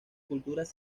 culturas